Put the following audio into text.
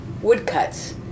woodcuts